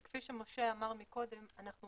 כפי שמשה אמר קודם, אנחנו